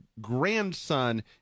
grandson